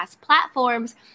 platforms